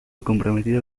comprometido